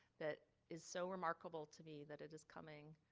that is so remarkable to me that it is coming